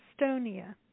Estonia